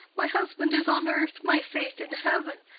my husband is on earth, my faith in heaven.